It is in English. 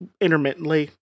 intermittently